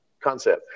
concept